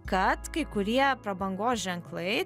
kad kai kurie prabangos ženklai